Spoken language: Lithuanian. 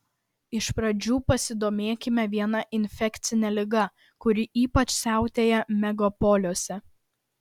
iš pradžių pasidomėkime viena infekcine liga kuri ypač siautėja megapoliuose